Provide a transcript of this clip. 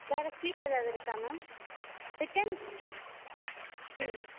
வேற ஸ்வீட் ஏதாவது இருக்கா மேம் ரிட்டன் ம்